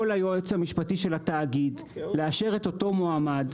יכול היועץ המשפטי לקבל את המועמד,